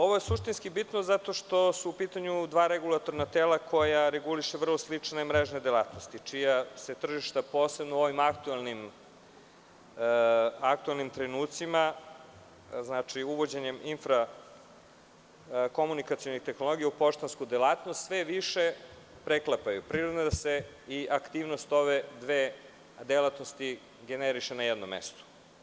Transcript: Ovo je suštinski bitno, zato što su u pitanju dva regulatorna tela koja reguliše vrlo slične mrežne delatnosti, čija se tržišta posebno u ovim aktuelnim trenucima, uvođenjem komunikacionih tehnologija u poštansku delatnost, sve više preklapa, pa je prirodno da se i aktivnosti ove dve delatnosti generišu na jednom mestu.